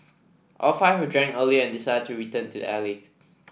all five had drank earlier and decided to return to the alley